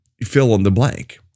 fill-in-the-blank